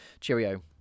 Cheerio